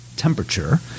temperature